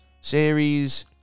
series